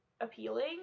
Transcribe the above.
appealing